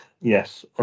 yes